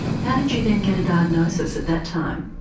how did you then get a diagnosis at that time?